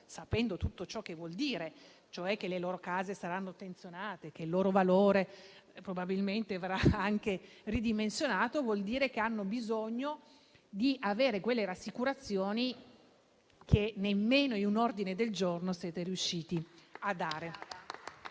sapendo tutto ciò che vuol dire, e cioè che le loro case saranno attenzionate e che il loro valore probabilmente verrà anche ridimensionato, vuol dire che hanno bisogno di avere quelle rassicurazioni che nemmeno in un ordine del giorno siete riusciti a dare.